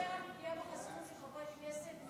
לדבר על פגיעה בחסינות של חברי כנסת,